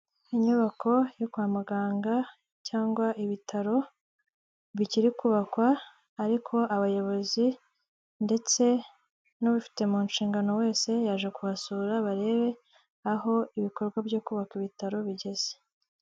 Inyubako yo kwa muganga, cyangwa ibitaro bikiri kubakwa, ariko abayobozi ndetse n'ubifite mu nshingano wese, yaje kubasura barebe aho ibikorwa byo kubaka ibitaro aho bigeze.